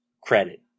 credit